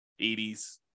80s